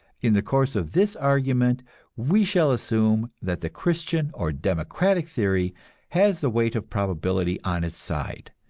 in the course of this argument we shall assume that the christian or democratic theory has the weight of probability on its side,